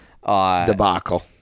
debacle